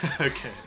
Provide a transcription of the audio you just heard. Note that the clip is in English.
Okay